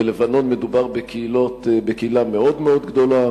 בלבנון מדובר בקהילה מאוד מאוד גדולה.